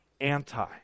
anti